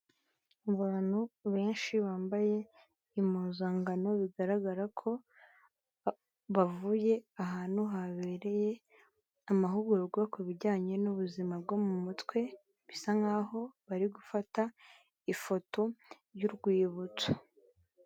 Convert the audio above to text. Abantu benshi bambaye impuzangano bigaragara ko bavuye ahantu habereye amahugurwa kubijyanye n'ubuzima bwo mu mutwe, bisa nkaho bari gufata ifoto y'urwibutso.